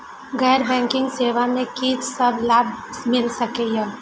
गैर बैंकिंग सेवा मैं कि सब लाभ मिल सकै ये?